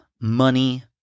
money